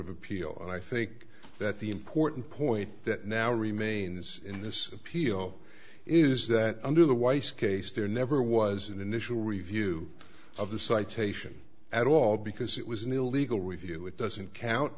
of appeal and i think that the important point that now remains in this appeal is that under the weiss case there never was an initial review of the citation at all because it was an illegal review it doesn't count